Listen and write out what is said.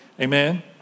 amen